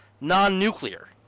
non-nuclear